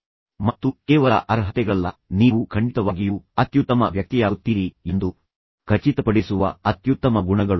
ಮತ್ತು ಯಾವುದು ಕೇವಲ ಅರ್ಹತೆಗಳಲ್ಲ ಆದರೆ ನೀವು ಖಂಡಿತವಾಗಿಯೂ ಅತ್ಯುತ್ತಮ ವ್ಯಕ್ತಿಯಾಗುತ್ತೀರಿ ಎಂದು ಖಚಿತಪಡಿಸುವ ಅತ್ಯುತ್ತಮ ಗುಣಗಳು